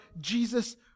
Jesus